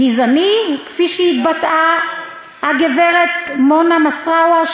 גזעני כפי שהתבטאה הגברת מונא מסארווה,